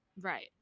Right